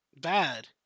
bad